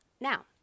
Now